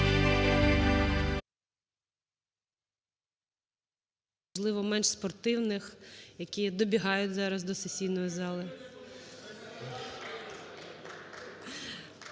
можливо, менш спортивних, які добігають зараз до сесійної зали.